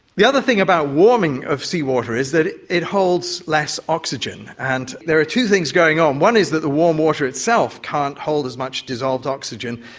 the other thing about the warming of seawater is that it holds less oxygen, and there are two things going on. one is that the warm water itself can't hold as much dissolved oxygen.